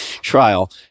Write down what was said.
trial